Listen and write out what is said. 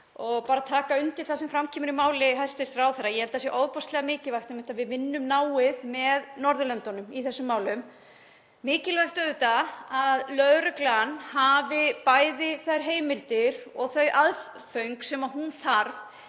og taka undir það sem fram kemur í máli hæstv. ráðherra. Ég held að það sé ofboðslega mikilvægt að við vinnum náið með öðrum Norðurlöndum í þessum málum og mikilvægt auðvitað að lögreglan hafi bæði þær heimildir og þau aðföng sem hún þarf